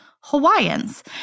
Hawaiians